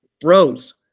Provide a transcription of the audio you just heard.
bros